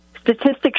statistics